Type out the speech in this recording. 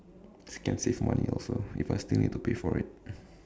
can save money also if I still need to pay for it